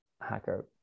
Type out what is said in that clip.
hacker